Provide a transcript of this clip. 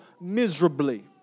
miserably